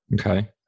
okay